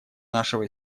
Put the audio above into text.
нашего